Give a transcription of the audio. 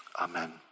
Amen